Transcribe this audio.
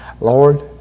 Lord